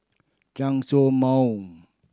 Chen Show Mao